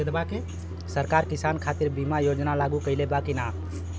सरकार किसान खातिर बीमा योजना लागू कईले बा की ना?